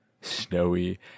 snowy